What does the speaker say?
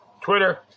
Twitter